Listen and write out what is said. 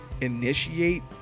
initiate